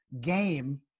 game